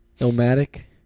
Nomadic